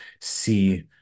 see